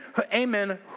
amen